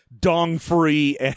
dong-free